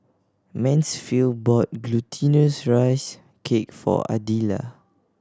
Mansfield bought Glutinous Rice Cake for Idella